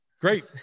Great